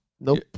Nope